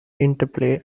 interplay